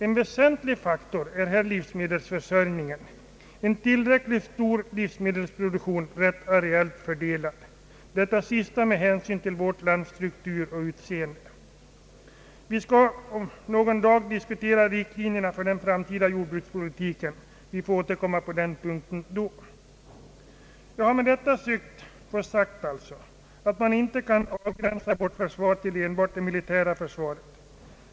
En väsentlig faktor är här livsmedelsförsörjningen — en tillräckligt stor livsmedelsproduktion rätt areellt fördelad, det sista med hänsyn till vårt lands struktur och utseende. Vi skall ju om någon dag diskutera riktlinjerna för den framtida jordbrukspolitiken, och jag får då återkomma till den punkten. Jag har sagt att man inte kan avgränsa vårt försvar till enbart det militära försvaret.